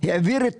העביר את